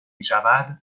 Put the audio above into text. میشود